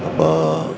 അപ്പോൾ